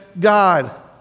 God